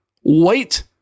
white